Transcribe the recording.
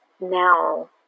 Now